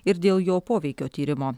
ir dėl jo poveikio tyrimo